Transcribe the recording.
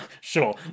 sure